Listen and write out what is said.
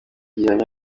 gihamya